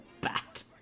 bat